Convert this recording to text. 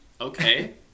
okay